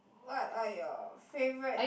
what are your favourite